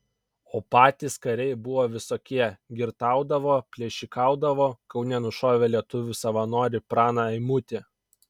o patys kariai buvo visokie girtaudavo plėšikaudavo kaune nušovė lietuvių savanorį praną eimutį